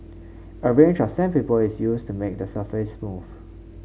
a range of sandpaper is used to make the surface smooth